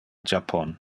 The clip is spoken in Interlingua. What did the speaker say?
japon